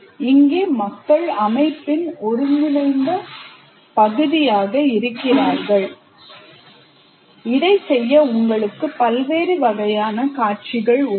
இங்கே மக்கள் அமைப்பின் ஒருங்கிணைந்த பகுதியாக இருக்கிறார்கள் இதைச் செய்ய உங்களுக்கு பல்வேறு வகையான காட்சிகள் உள்ளன